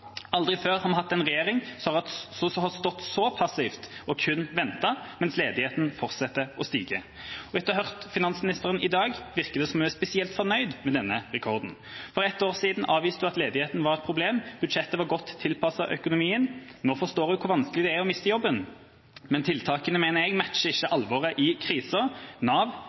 Aldri før har vi hatt en regjering som har stått så passivt og kun ventet mens ledigheten fortsetter å stige. Og etter å ha hørt finansministeren i dag virker det som om hun er spesielt fornøyd med denne rekorden. For ett år siden avviste hun at ledigheten var et problem, budsjettet var godt tilpasset økonomien. Nå forstår hun hvor vanskelig det er å miste jobben. Men tiltakene, mener jeg, matcher ikke alvoret i krisen. Nav,